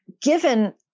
given